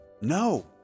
no